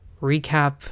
recap